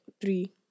three